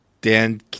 Dan